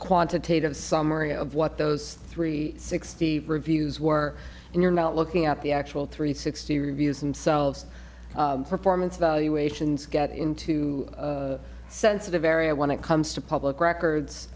quantitative summary of what those three sixty reviews were in your mouth looking at the actual three sixty reviews themselves performance evaluations got into a sensitive area when it comes to public records